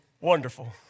wonderful